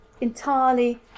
entirely